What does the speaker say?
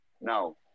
Now